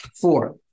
four